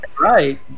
Right